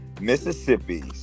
Mississippi